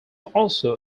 also